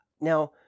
Now